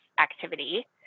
activity